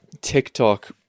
TikTok